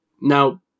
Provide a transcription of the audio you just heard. Now